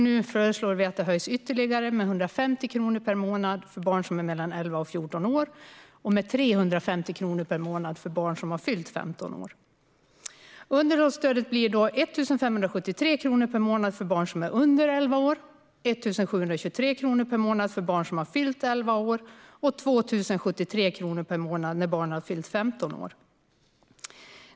Nu föreslår vi att det höjs ytterligare med 150 kronor per månad för barn som är mellan 11 och 14 år och med 350 kronor för barn som har fyllt 15 år. Underhållsstödet blir då 1 573 kronor per månad för barn som är under 11 år, 1 723 kronor per månad för barn som har fyllt 11 år och 2 073 kronor per månad när barnet har fyllt 15 år.